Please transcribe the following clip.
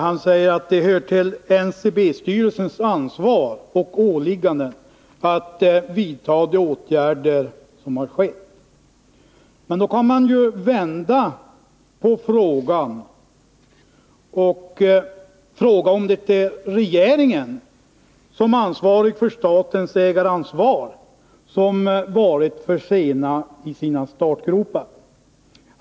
Han säger att det hör till NCB-styrelsens ansvar och åligganden att vidta sådana åtgärder som har tillgripits. Men mån kan vända på frågan: Är det regeringen, som har statens ägaransvar, som varit för sen i startgroparna?